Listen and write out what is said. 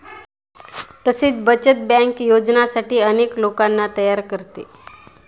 तसेच बचत बँक योजनांसाठी अनेक लोकांना तयार करते